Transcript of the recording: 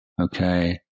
Okay